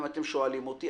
אם אתם שואלים אותי,